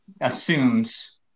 assumes